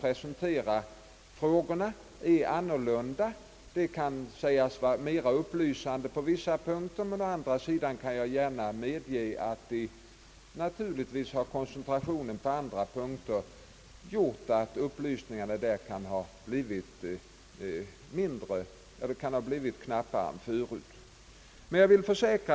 Det kan å ena sidan sägas vara mera upplysande på vissa punkter, men å andra sidan medger jag gärna att koncentrationen naturligtvis har medfört att upplysningarna blivit knappare på andra punkter.